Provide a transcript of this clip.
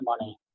money